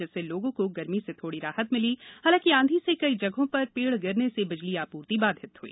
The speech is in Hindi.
जिससे लोगों को गर्मी से थोड़ी राहत मिली हालांकि आंधी से कई जगहों पर पेड़ गिरने से बिजली आपूर्ति बाधित हई